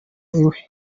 iwe